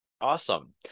Awesome